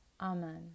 Amen